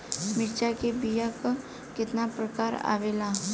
मिर्चा के बीया क कितना प्रकार आवेला?